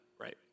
Right